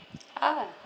ah